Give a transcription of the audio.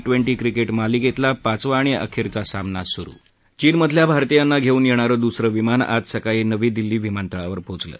twenty क्रिकेट मालिकेतला पाचवा आणि अखेरचा सामना सुरु चीनमधल्या भारतीयांना घेऊन येणारं दुसरं विमान आज सकाळी नवी दिल्ली विमानतळावर पोचलं